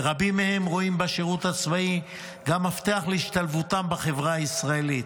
ורבים מהם רואים בשירות הצבאי גם מפתח להשתלבותם בחברה הישראלית.